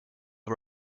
her